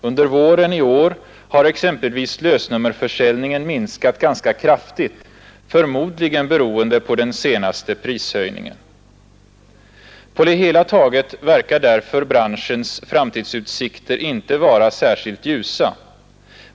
Under våren 1972 har exempelvis lösnummerförsäljningen minskat ganska kraftigt — förmodligen beroende på den senaste prishöjningen. På det hela taget verkar branschens framtidsutsikter inte vara särskilt ljusa.